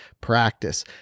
practice